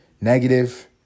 negative